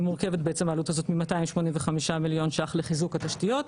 היא מורכבת בעצם מ-285 מיליון שקלים לחיזוק התשתיות,